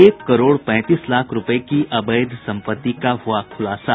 एक करोड़ पैंतीस लाख रूपये की अवैध सम्पत्ति का हुआ खुलासा